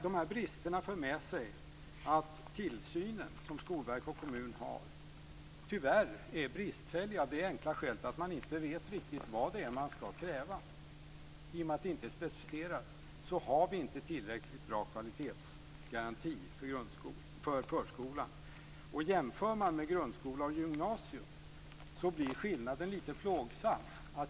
Dessa brister för med sig att den tillsyn som Skolverket och kommunen har tyvärr blir bristfällig av det enkla skälet att man inte vet vad det är man skall kräva. I och med att det inte är specifierat har vi inte tillräckligt bra kvalitetsgaranti för förskolan. Jämför man med grundskola och gymnasium blir skillnaden lite plågsam.